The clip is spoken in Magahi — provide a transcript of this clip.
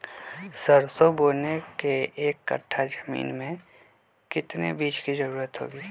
सरसो बोने के एक कट्ठा जमीन में कितने बीज की जरूरत होंगी?